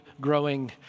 growing